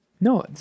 No